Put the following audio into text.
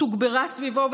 תוגברה סביבו,